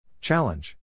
Challenge